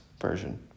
Version